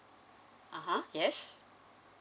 (uh huh) yes